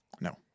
No